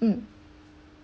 mm